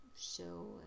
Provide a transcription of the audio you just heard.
show